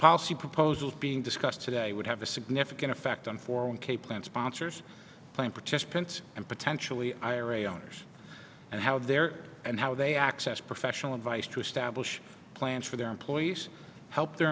policy proposals being discussed today would have a significant effect on four one k plan sponsors plan participants and potentially ira owners and how their and how they access professional advice to establish plans for their employees help their